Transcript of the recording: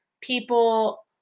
people